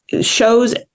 shows